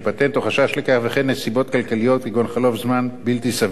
וכן נסיבות כלליות כגון חלוף זמן בלתי סביר מאז הוגשה הבקשה,